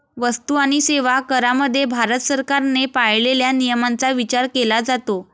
वस्तू आणि सेवा करामध्ये भारत सरकारने पाळलेल्या नियमांचा विचार केला जातो